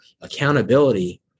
Accountability